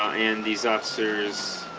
and these officers